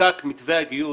כשחוקק מתווה הגיוס,